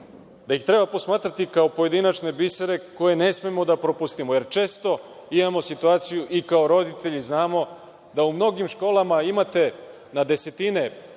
da ih treba posmatrati kao pojedinačne bisere koje ne smemo da propustimo jer često imamo situaciju i kao roditelji znamo da u mnogim školama, ako imate